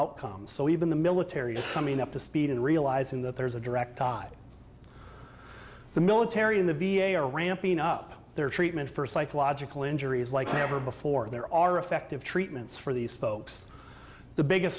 outcomes so even the military just coming up to speed and realizing that there's a direct tie the military in the v a are ramping up their treatment for psychological injuries like never before there are effective treatments for these folks the biggest